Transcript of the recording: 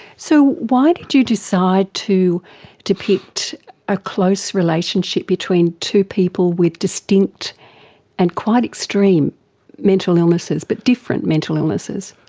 so why did you decide to depict a close relationship between two people with distinct and quite extreme mental illnesses, but different mental illnesses?